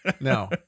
No